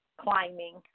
Climbing